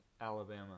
Alabama